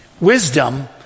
Wisdom